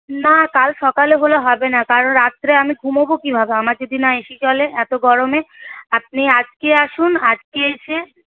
না কাল সকালে হলে হবে না কারণ রাত্রে আমি ঘুমোবো কিভাবে আমার যদি না এসি চলে এত গরমে আপনি আজকে আসুন আজকে এসে